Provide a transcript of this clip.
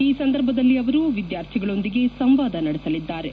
ಈ ಸಂದರ್ಭದಲ್ಲಿ ಅವರು ವಿದ್ಯಾರ್ಥಿಗಳೊಂದಿಗೆ ಸಂವಾದ ನಡೆಸಲಿದ್ದಾರೆ